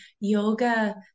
yoga